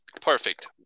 perfect